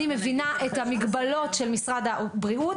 אני מבינה את המגבלות של משרד הבריאות.